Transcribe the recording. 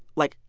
like,